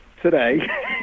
Today